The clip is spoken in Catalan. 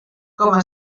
coma